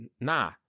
Nah